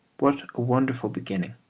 what a wonderful beginning